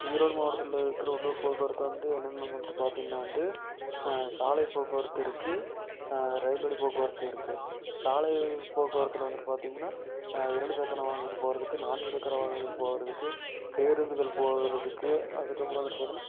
ஈரோடு மாவட்டத்துல்ல இருக்கற உள்ளூர் போக்குவரத்து வந்து என்னென்ன வந்துவிட்டு பாத்திங்கனா வந்து சாலை போக்குவரத்து இருக்கு ரயில் வழி போக்குவரத்து இருக்கு சாலை போக்குவரத்தில் வந்துவிட்டு பாத்திங்கனா இரண்டு சக்கர வாகன்டு போகறதுக்கு நான்கு சக்கர வாகனங்கள் போகறதுக்கு பேருந்துகள் போகறதுக்கு அதற்கப்பறோம் வந்துவிட்டு பாத்திங்கனா